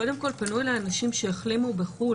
קודם כול, פנו אליי אנשים שהחלימו בחו"ל.